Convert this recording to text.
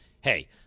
Hey